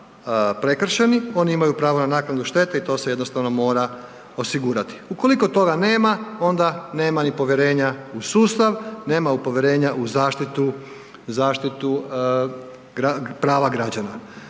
prekršeni, oni imaju pravo na naknadu štete i to se jednostavno mora osigurati. Ukoliko toga nema onda nema ni povjerenja u sustav, nemaju povjerenja u zaštitu, zaštitu prava građana.